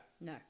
No